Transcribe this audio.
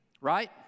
right